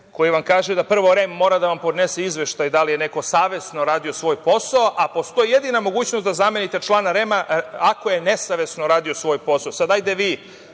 koji vam kaže da prvo REM mora da vam podnese izveštaj da li je neko savesno radio svoj posao, a postoji jedina mogućnost da zamenite člana REM-a ako je nesavesno radio svoj posao.